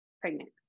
pregnant